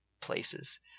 places